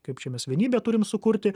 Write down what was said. kaip čia mes vienybę turim sukurti